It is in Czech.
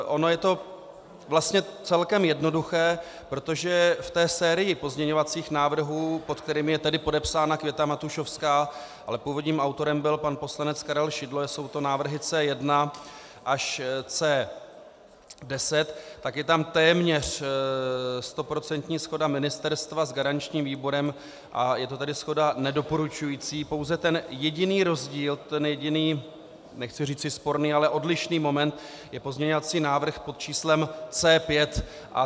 Ono je to vlastně celkem jednoduché, protože v té sérii pozměňovacích návrhů, pod kterými je podepsána Květa Matušovská, ale původním autorem byl pan poslanec Karel Šidlo, jsou to návrhy C1 až C10, tak je tam téměř stoprocentní shoda ministerstva s garančním výborem, a je to tedy shoda nedoporučující, pouze ten jediný rozdíl, ten jediný, nechci říci sporný, odlišný moment je pozměňovací návrh pod číslem C5.